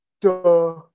duh